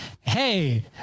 Hey